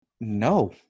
No